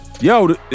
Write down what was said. yo